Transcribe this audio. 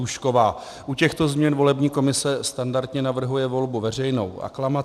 U těchto změn volební komise standardně navrhuje volbu veřejnou aklamací.